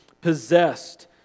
possessed